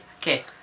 Okay